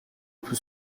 tout